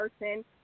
person